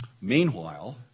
Meanwhile